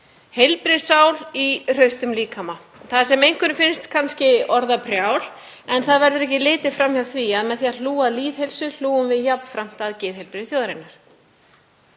Heilbrigð sál í hraustum líkama, það sem einhverjum finnst kannski orðaprjál en það verður ekki litið fram hjá því að með því að hlúa að lýðheilsu hlúum við jafnframt að geðheilbrigði þjóðarinnar.